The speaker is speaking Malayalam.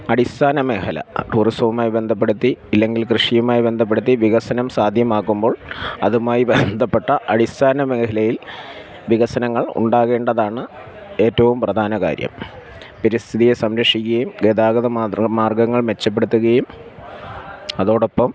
അടിസ്ഥാന മേഖല ടൂറിസവുമായി ബന്ധപ്പെടുത്തി ഇല്ലെങ്കിൽ കൃഷിയുമായി ബന്ധപ്പെടുത്തി വികസനം സാധ്യമാക്കുമ്പോൾ അതുമായി ബന്ധപ്പെട്ട അടിസ്ഥാന മേഖലയിൽ വികസനങ്ങൾ ഉണ്ടാകേണ്ടതാണ് ഏറ്റവും പ്രധാന കാര്യം പരിസ്ഥിതിയെ സംരക്ഷിക്കുകയും ഗതാഗത മാ മാർഗങ്ങൾ മെച്ചപ്പെടുത്തുകയും അതോടൊപ്പം